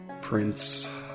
Prince